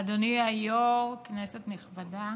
אדוני היו"ר, כנסת נכבדה,